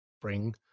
bring